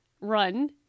run